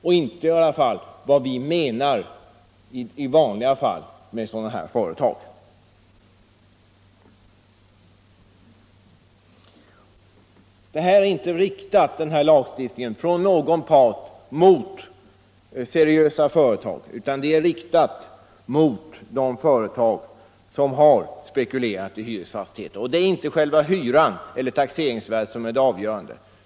De hör i alla fall inte till vad vi i vanliga fall menar med sådana företag. Denna lagstiftning är inte riktad mot seriösa företag, utan den är riktad mot de företag som har spekulerat i hyresfastigheter. Det är inte själva hyran eller taxeringsvärdet som är det avgörande.